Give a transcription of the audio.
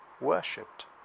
worshipped